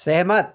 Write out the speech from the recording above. सहमत